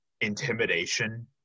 intimidation